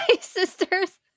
sister's